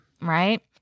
right